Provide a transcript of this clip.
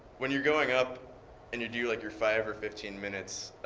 when you're going up and you do like your five or fifteen minutes,